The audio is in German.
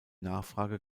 nachfrage